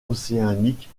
océanique